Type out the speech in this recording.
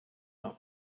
not